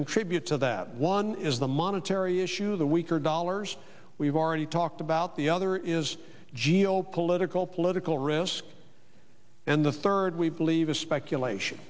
contribute to that one is the monetary issue the weaker dollars we've already talked about the other is geopolitical political risk and the third we believe a speculation